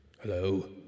Hello